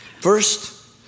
First